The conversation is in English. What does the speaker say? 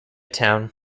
town